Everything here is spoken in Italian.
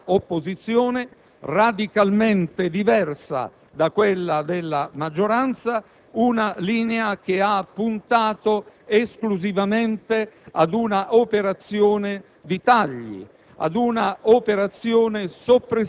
manifestata una linea dell'opposizione radicalmente diversa da quella della maggioranza: una linea che ha puntato esclusivamente ad un'operazione di tagli,